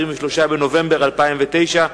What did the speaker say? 23 בנובמבר 2009,